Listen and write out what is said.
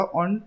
on